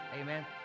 Amen